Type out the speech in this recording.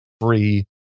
free